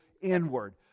inward